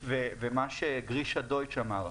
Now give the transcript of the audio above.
ומה שגרישה דייטש אמר,